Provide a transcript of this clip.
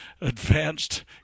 advanced